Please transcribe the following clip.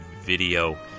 video